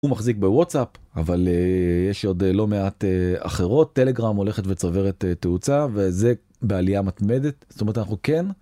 הוא מחזיק בוואטסאפ אבל יש עוד לא מעט אחרות טלגראם הולכת וצברת תאוצה וזה בעלייה מתמדת זאת אומרת אנחנו כן.